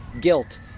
guilt